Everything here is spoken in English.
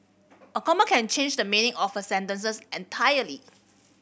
a comma can change the meaning of a sentences entirely